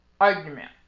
argument